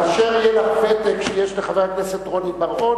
כאשר יהיה לך ותק שיש לחבר הכנסת רוני בר-און,